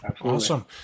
Awesome